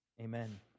Amen